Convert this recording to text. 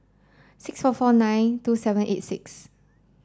six four four nine two seven eight six